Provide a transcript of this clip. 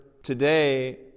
Today